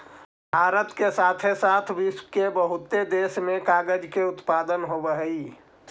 भारत के साथे साथ विश्व के बहुते देश में कागज के उत्पादन होवऽ हई